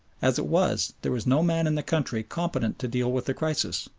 as it was, there was no man in the country competent to deal with the crisis.